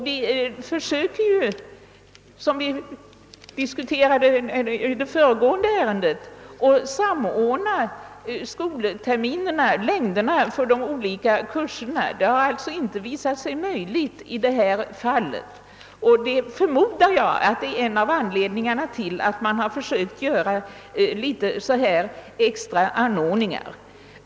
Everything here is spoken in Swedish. Vi försöker -- vilket diskuterades under föregående ärende — samordna skolterminernas längd för olika kurser. Det har inte visat sig möjligt i detta fall. Jag förmodar att det är en av anledningarna till att man försökt med sådana här extra anordningar.